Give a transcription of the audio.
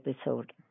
episode